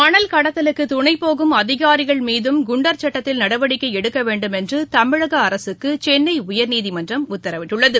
மணல் கடத்தலுக்கு துணைபோகும் அதிகாரிகள் மீதும் குண்டர் சுட்டத்தில் நடவடிக்கை எடுக்க வேண்டும் என்று தமிழக அரசுக்கு சென்னை உயர்நீதிமன்றம் உத்தரவிட்டுள்ளது